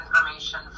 information